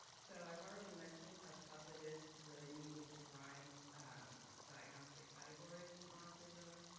so i've already mentioned how tough it is to really neatly define diagnostic categories in autism,